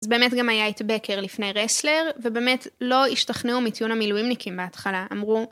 אז באמת גם היה את בקר לפני רסלר, ובאמת לא השתכנעו מטיעון המילואימניקים בהתחלה, אמרו.